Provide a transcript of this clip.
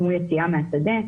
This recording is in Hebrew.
כמו יציאה מהשדה,